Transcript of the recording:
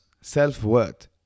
Self-worth